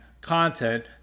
content